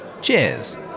Cheers